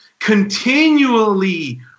continually